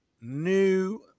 new